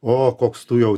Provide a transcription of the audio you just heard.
o koks tu jau